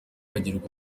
agirwa